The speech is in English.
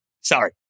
Sorry